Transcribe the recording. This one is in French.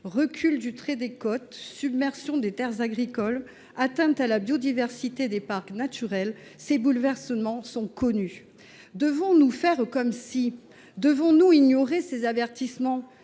recul du trait de côte, submersion des terres agricoles, atteintes à la biodiversité des parcs naturels : ces bouleversements sont connus. Devons nous faire « comme si »? Devons nous ignorer ces avertissements ?